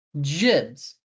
Jibs